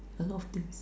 a lot of things